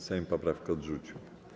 Sejm poprawkę odrzucił.